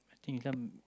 I think this one